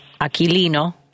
Aquilino